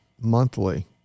monthly